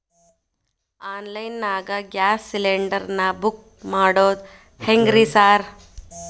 Online ನಾಗ gas cylinder ನಾ book ಮಾಡೋದ್ ಹೆಂಗ್ರಿ ಸಾರ್?